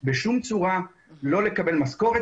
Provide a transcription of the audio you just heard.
אומרת שעדיף שזה יישאר אצלכם.